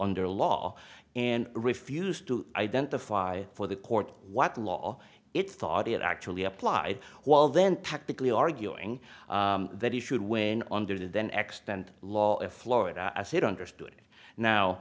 under law and refused to identify for the court what law it thought it actually applied while then technically arguing that he should win under then xtend law in florida as it understood now